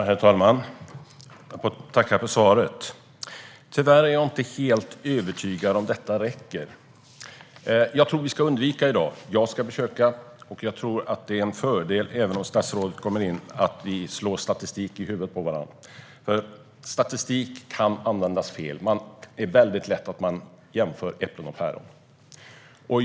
Herr talman! Jag tackar för svaret, men tyvärr är jag inte helt övertygad om att detta räcker. Jag tror att vi ska undvika att slå statistik i huvudet på varandra i dag. Jag ska försöka undvika det, och jag tror att det vore en fördel om även statsrådet gjorde det. Statistik kan användas fel; det är väldigt lätt hänt att man jämför äpplen och päron.